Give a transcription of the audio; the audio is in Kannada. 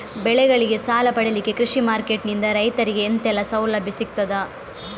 ಬೆಳೆಗಳಿಗೆ ಸಾಲ ಪಡಿಲಿಕ್ಕೆ ಕೃಷಿ ಮಾರ್ಕೆಟ್ ನಿಂದ ರೈತರಿಗೆ ಎಂತೆಲ್ಲ ಸೌಲಭ್ಯ ಸಿಗ್ತದ?